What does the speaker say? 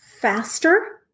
faster